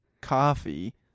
coffee